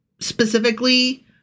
specifically